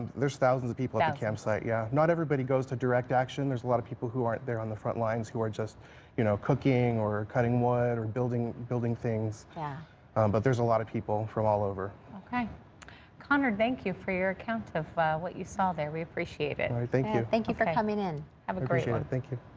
there's thousands of people yeah campsite yeah yeah not everybody goes to direct action there's a lot of people who aren't there on the front lines who are just you know cooking or cutting wood or building building things yeah but there's a lot of people from all over okay connor thank you for your account of what you saw there we appreciate it and thank you thank you for coming in have an aversion to thank you